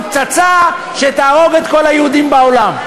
פצצה שתהרוג את כל היהודים בעולם.